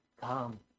come